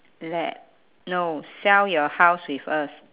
let no sell your house with us